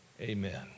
amen